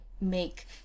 make